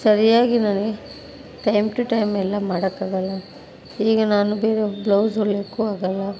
ಸರಿಯಾಗಿ ನನಗೆ time to ಟೈಮೆಲ್ಲ ಮಾಡೋಕ್ಕಾಗಲ್ಲ ಹೀಗೆ ನಾನು ಬೇರೆ ಬ್ಲೌಝ್ ಹೊಲಿಯೋಕ್ಕು ಆಗೋಲ್ಲ